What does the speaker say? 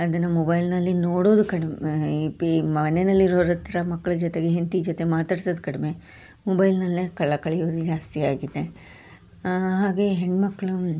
ಅದನ್ನು ಮೊಬೈಲ್ನಲ್ಲಿ ನೋಡೋದು ಕಡಿಮೆ ಈ ಪಿ ಮನೆಯಲ್ಲಿ ಇರೋರ ಹತ್ರ ಮಕ್ಕಳ ಜೊತೆಗೆ ಹೆಂಡತಿ ಜೊತೆ ಮಾತಾಡ್ಸೋದು ಕಡಿಮೆ ಮೊಬೈಲ್ನಲ್ಲೇ ಕಾಲ ಕಳೆಯೋದು ಜಾಸ್ತಿಯಾಗಿದೆ ಹಾಗೆ ಹೆಣ್ಣುಮಕ್ಕಳು